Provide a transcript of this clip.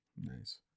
Nice